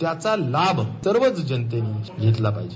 त्याचा लाभ सर्वच जनतेनं घेतला पाहिजे